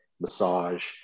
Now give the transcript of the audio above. massage